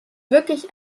wirklich